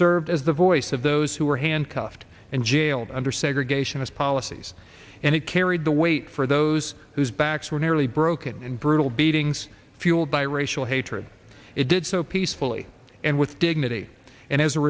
serves as the voice of those who were handcuffed and jailed under segregation his policies and it carried the weight for those whose backs were nearly broken and brutal beatings fueled by racial hatred it did so peacefully and with dignity and as a